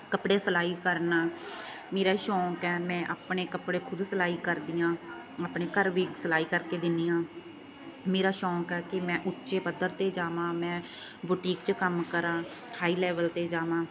ਕੱਪੜੇ ਸਿਲਾਈ ਕਰਨਾ ਮੇਰਾ ਸ਼ੌਂਕ ਹੈ ਮੈਂ ਆਪਣੇ ਕੱਪੜੇ ਖੁਦ ਸਿਲਾਈ ਕਰਦੀ ਹਾਂ ਆਪਣੇ ਘਰ ਵੀ ਇੱਕ ਸਿਲਾਈ ਕਰਕੇ ਦਿੰਦੀ ਹਾਂ ਮੇਰਾ ਸ਼ੌਂਕ ਆ ਕਿ ਮੈਂ ਉੱਚੇ ਪੱਧਰ 'ਤੇ ਜਾਵਾਂ ਮੈਂ ਬੁਟੀਕ 'ਚ ਕੰਮ ਕ